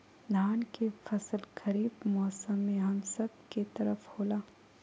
धान के फसल खरीफ मौसम में हम सब के तरफ होला